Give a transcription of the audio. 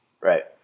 Right